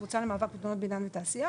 הקבוצה למאבק בתאונות בבנייה ותעשייה,